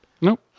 Nope